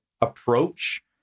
approach